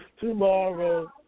tomorrow